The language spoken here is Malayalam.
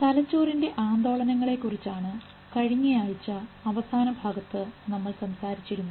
തലച്ചോറിൻറെ ആന്ദോളനങ്ങൾ കുറിച്ചാണ് കഴിഞ്ഞയാഴ്ച അവസാനഭാഗത്ത് നമ്മൾ സംസാരിച്ചിരുന്നത്